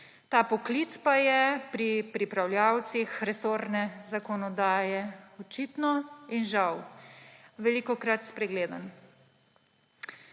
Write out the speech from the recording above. Ta poklic pa je pri pripravljavcih resorne zakonodaje očitno in žal velikokrat spregledan.